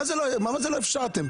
מה זה לא אפשרתם?